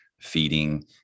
feeding